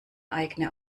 eigene